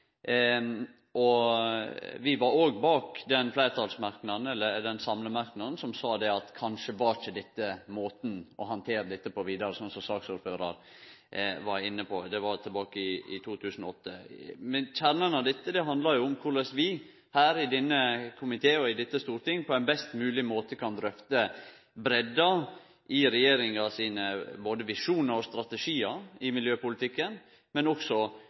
fram. Vi var òg bak den fleirtalsmerknaden, samlemerknaden, som sa at dette kanskje ikkje var måten å handtere dette på vidare, slik saksordføraren var inne på. Dette var tilbake i 2008. Kjernen i dette handlar om korleis vi her i denne komiteen og i dette storting på ein best mogleg måte ikkje berre kan drøfte breidda i regjeringa sine visjonar og strategiar i miljøpolitikken, men